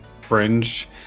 fringe